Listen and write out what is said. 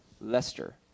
Lester